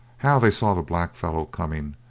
how they saw the blackfellow coming,